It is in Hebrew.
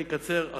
אני אקצר.